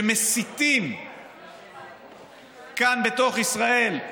שמסיתים אזרחים כאן, בתוך ישראל,